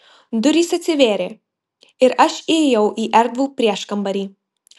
durys atsivėrė ir aš įėjau į erdvų prieškambarį